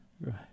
Right